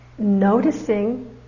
noticing